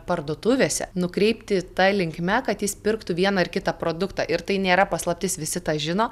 parduotuvėse nukreipti ta linkme kad jis pirktų vieną ar kitą produktą ir tai nėra paslaptis visi tą žino